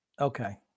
Okay